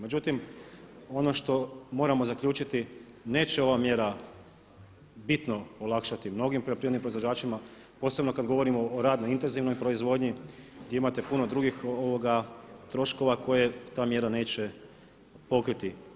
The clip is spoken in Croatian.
Međutim, ono što moramo zaključiti neće ova mjera bitno olakšati mnogim poljoprivrednim proizvođačima, posebno kad govorimo o radno intenzivnoj proizvodnji gdje imate puno drugih troškova koje ta mjera neće pokriti.